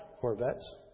Corvettes